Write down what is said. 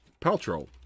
Paltrow